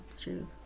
true